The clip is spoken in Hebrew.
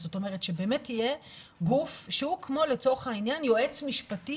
זאת אומרת שבאמת יהיה גוף שהוא כמו לצורך העניין יועץ משפטי.